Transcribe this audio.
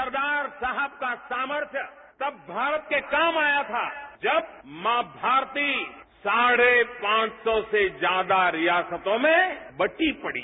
सरदार साहब का सामर्थय तब भारत के काम आया था जब मां भारती साढ़े पांच सौ से ज्यादा रियासतों में बंटी पड़ी